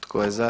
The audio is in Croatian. Tko je za?